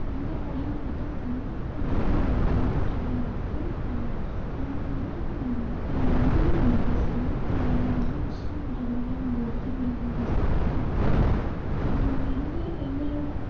எங்கள் மொழி வந்துட்டு கண்டிப்பாக வந்துட்டு பயன்பட்டுகிட்டு தாங்க இருக்குது நாங்கள் வந்துட்டு உருது மொழி பேசுகிறோம் நாங்கள் வந்து முஸ்லீம்கிறதுனால நாங்கள் உருது மொழியை தான் பேசிக்கிட்டிருக்கோம் எங்கள் எங்களோட